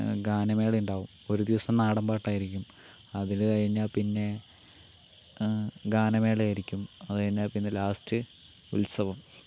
ഗാനമേളയുണ്ടാവും ഒരു ദിവസം നാടൻ പാട്ടായിരിക്കും അത് കഴിഞ്ഞാൽ പിന്നെ ഗാനമേളയായിരിക്കും അതുകഴിഞ്ഞാൽ പിന്നെ ലാസ്റ്റ് ഉത്സവം